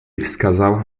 wskazała